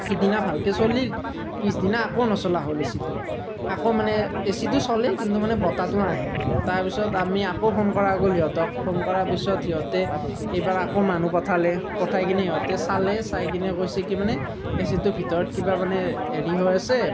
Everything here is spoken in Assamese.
সিদিনা ভালকৈ চলিল পিছদিনা আকৌ নচলা হ'ল এচিটো আকৌ মানে এচিটো চলে কিন্তু মানে বতাহটো নাহে তাৰ পিছত আমি আকৌ ফোন কৰা গ'ল সিহঁতক ফোন কৰাৰ পিছত সিহঁতে এইবাৰ আকৌ মানুহ পঠালে পঠাই কিনি সিহঁতে চালে চাই কিনি কৈছে কি মানে এচিটোৰ ভিতৰত কিবা মানে হেৰি হৈ আছে